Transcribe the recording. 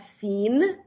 seen